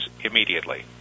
immediately